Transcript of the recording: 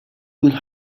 could